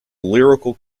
lyrical